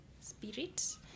spirit